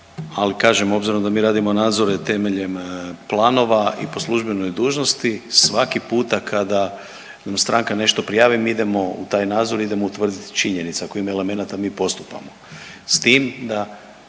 al kažem obzirom da mi radimo nadzore temeljem planova i po službenoj dužnosti svaki puta kada nam stranka nešto prijavi mi idemo u taj nadzor, idemo utvrditi činjenice. Ako ima elemenata mi postupamo,